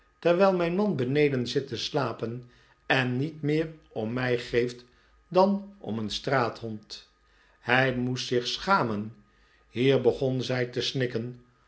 terwijl mijn man beneden zit te slapen en niet meer om mij geeft dan om een straathond hij moest zich schamen hier begon zij te snikken